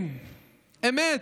"אמת,